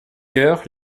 heures